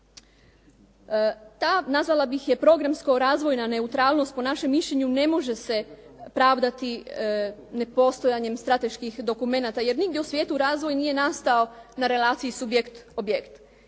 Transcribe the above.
Ta nazvala bih je programsko razvojna neutralnost po našem mišljenju ne može se pravdati nepostojanjem strateških dokumenata, jer nigdje u svijetu razvoj nije nastao na relaciji subjekt, objekt,